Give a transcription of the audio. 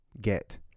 get